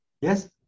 Yes